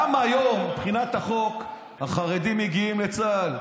גם היום, מבחינת החוק, החרדים מגיעים לצה"ל.